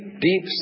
deep